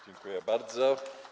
Dziękuję bardzo.